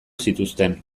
zituzten